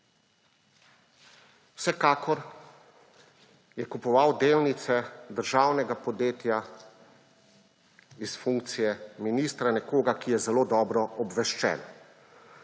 Vsekakor je kupoval delnice državnega podjetja s funkcije ministra; nekoga, ki je zelo dobro obveščen.